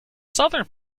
southern